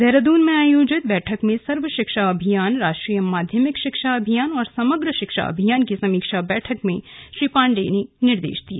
देहरादून में आयोजित बैठक में सर्व शिक्षा अभियान राष्ट्रीय माध्यमिक शिक्षा अभियान और समग्र शिक्षा अभियान की समीक्षा बैठक में श्री पाण्डेय के निर्देश दिए